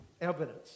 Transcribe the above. evidence